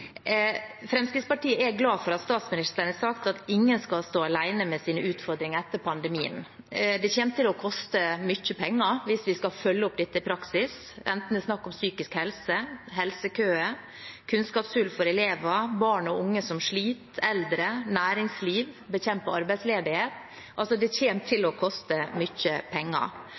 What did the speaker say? Fremskrittspartiet får flertall for. Fremskrittspartiet er glad for at statsministeren har sagt at ingen skal stå alene med sine utfordringer etter pandemien. Det kommer til å koste mye penger hvis vi skal følge opp dette i praksis, enten det er snakk om psykisk helse, helsekøer, kunnskapshull for elever, barn og unge som sliter, eldre, næringsliv eller å bekjempe arbeidsledighet. Det kommer til å koste mye penger.